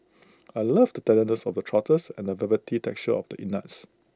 I love the tenderness of the trotters and the velvety texture of the innards